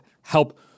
help